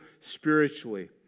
spiritually